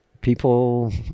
people